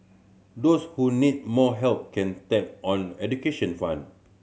those who need more help can tap on education fund